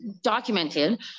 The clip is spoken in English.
documented